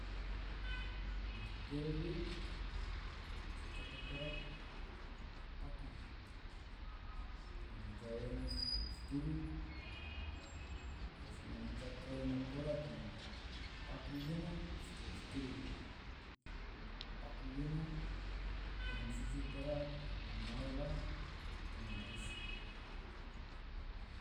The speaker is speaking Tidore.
murtel ge so cako tora paku ge, ngone jau ena foturu-foturu, rasi ngone cako ena tora toma paku gena foturu-foturu, la paku ge ena masusu tora nao-nao la ena marisi.